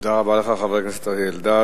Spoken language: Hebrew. תודה רבה לך, חבר הכנסת אריה אלדד.